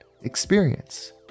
experience